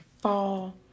fall